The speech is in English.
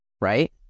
right